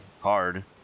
hard